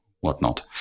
whatnot